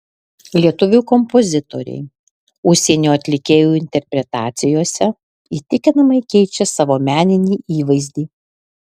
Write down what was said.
lietuvių kompozitoriai užsienio atlikėjų interpretacijose įtikinamai keičia savo meninį įvaizdį